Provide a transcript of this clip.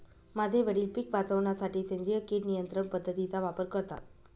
माझे वडील पिक वाचवण्यासाठी सेंद्रिय किड नियंत्रण पद्धतीचा वापर करतात